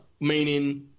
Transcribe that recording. Meaning